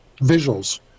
visuals